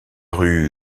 rue